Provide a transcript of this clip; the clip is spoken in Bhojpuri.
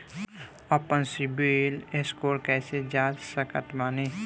आपन सीबील स्कोर कैसे जांच सकत बानी?